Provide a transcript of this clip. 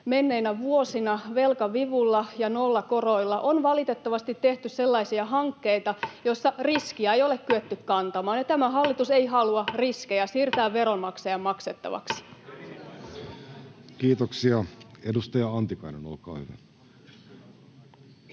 menneinä vuosina velkavivulla ja nollakoroilla on valitettavasti tehty sellaisia hankkeita, joissa riskiä ei ole kyetty kantamaan, ja tämä hallitus ei halua riskejä siirtää veronmaksajan maksettavaksi. [Speech 36] Speaker: Jussi